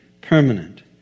permanent